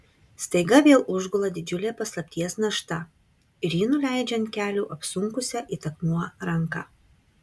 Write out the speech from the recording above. staiga vėl užgula didžiulė paslapties našta ir ji nuleidžia ant kelių apsunkusią it akmuo ranką